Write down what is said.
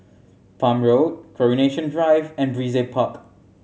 Palm Road Coronation Drive and Brizay Park